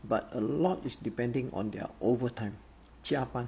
but a lot is depending on their overtime 加班